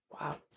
Wow